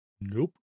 Nope